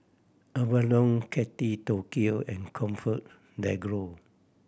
Avalon Kate Tokyo and ComfortDelGro